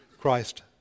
Christ